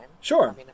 sure